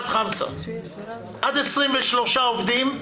אחד חמסה עד 23 עובדים,